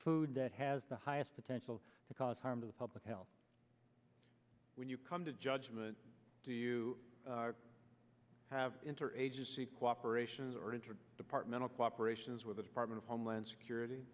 food that has the highest potential to cause harm to the public health when you come to judgment do you have interagency cooperation or entered departmental cooperation as with the department of homeland security